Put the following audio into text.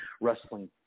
wrestling